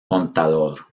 contador